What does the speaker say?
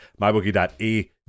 mybookie.ag